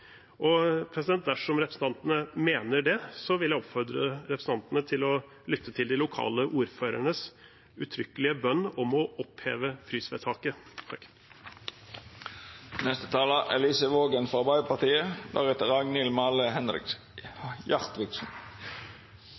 Dersom representantene mener det, vil jeg oppfordre representantene til å lytte til de lokale ordførernes uttrykkelige bønn om å oppheve